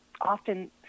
often